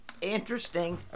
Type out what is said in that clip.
interesting